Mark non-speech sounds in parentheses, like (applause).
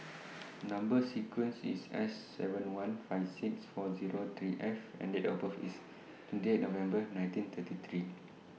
(noise) Number sequence IS S seven one five six four Zero three F and Date of birth IS twenty eight November nineteen thirty three